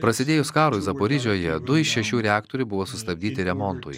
prasidėjus karui zaporižioje du iš šešių reaktorių buvo sustabdyti remontui